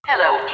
Hello